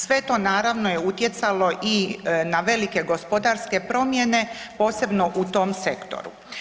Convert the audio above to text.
Sve to naravno je utjecalo i na velike gospodarske promjene, posebno u tom sektoru.